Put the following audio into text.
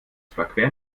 überqueren